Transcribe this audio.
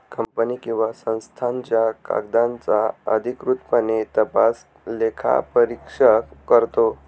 company किंवा संस्थांच्या कागदांचा अधिकृतपणे तपास लेखापरीक्षक करतो